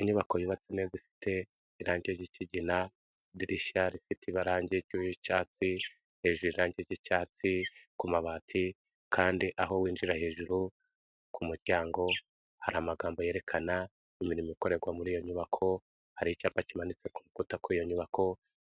inyubako yubatse neza ifite irangi ry ikigina idirishya rifite ibaragi ry'cyatsi hejuru irangi ry'cyatsi ku mabati kandi aho winjira hejuru ku muryango hari amagambo yerekana imirimo ikorerwa muri iyo nyubako hari icyapa kimanitse kukuta'iyo nyubako